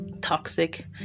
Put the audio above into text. toxic